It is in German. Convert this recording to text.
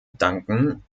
danken